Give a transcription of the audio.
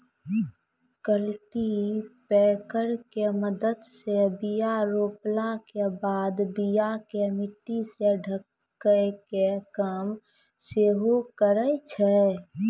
cultipacker के मदत से बीया रोपला के बाद बीया के मट्टी से ढकै के काम सेहो करै छै